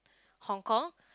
Hong-Kong